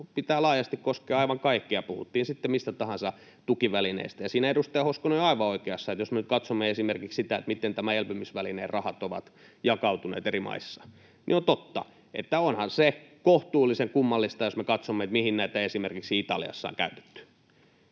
pitää laajasti koskea aivan kaikkea, puhuttiin sitten mistä tahansa tukivälineestä. Tässä edustaja Hoskonen on aivan oikeassa: Jos me nyt katsomme esimerkiksi sitä, miten elpymisvälineen rahat ovat jakautuneet eri maissa, niin on totta, että onhan se kohtuullisen kummallista, jos me katsomme, mihin näitä esimerkiksi Italiassa on käytetty.